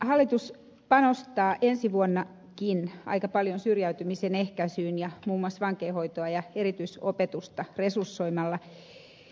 hallitus panostaa ensi vuonnakin aika paljon syrjäytymisen ehkäisyyn muun muassa vankeinhoitoa ja erityisopetusta resursoimalla